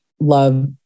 love